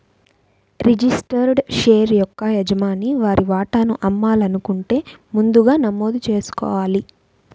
registered share యొక్క యజమాని వారి వాటాను అమ్మాలనుకుంటే ముందుగా నమోదు చేసుకోవాలి